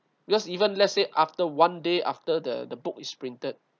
because even let's say after one day after the the book is printed